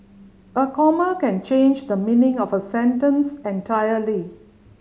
a comma can change the meaning of a sentence entirely